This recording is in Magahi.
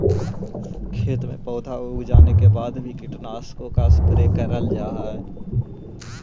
खेतों में पौधे उग जाने के बाद भी कीटनाशकों का स्प्रे करल जा हई